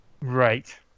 Right